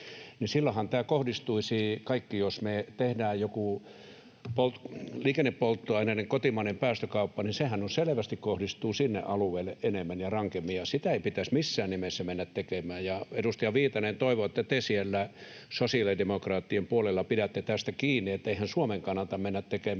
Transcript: dieselautoja. Ja jos me tehdään joku liikennepolttoaineiden kotimainen päästökauppa, niin silloinhan tämä kaikki selvästi kohdistuu sinne alueelle enemmän ja rankemmin, ja sitä ei pitäisi missään nimessä mennä tekemään. Ja edustaja Viitanen, toivon, että te siellä sosiaalidemokraattien puolella pidätte tästä kiinni, että eihän Suomen kannata mennä tekemään